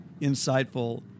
insightful